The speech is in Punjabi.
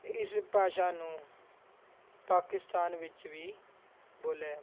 ਇਸ ਭਾਸ਼ਾ ਨੂੰ ਪਾਕਿਸਤਾਨ ਵਿੱਚ ਵੀ ਬੋਲਿਆ